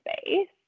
space